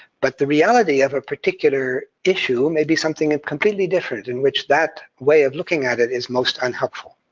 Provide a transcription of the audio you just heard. but the reality of a particular issue may be something and completely different, in which that way of looking at it is most unhelpful,